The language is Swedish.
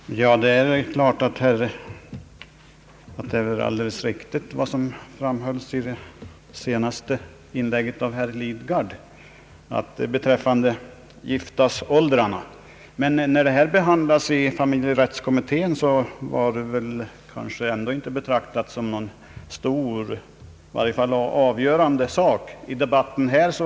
Herr talman! Det är väl i avsevärd del riktigt vad som framhölls av herr Lidgard beträffande giftasåldern. När den behandlades i familjerättskommittén ansågs den dock inte som någon stor och avgörande sak i lagstiftningen.